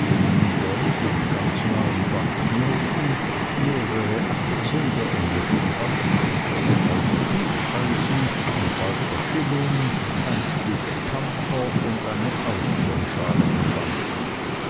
in gold und ganz neuen banknoten mehrere aktien der englischen bank ein altes hufeisen ein falscher schilling ein stück kampfer und eine austernschale befanden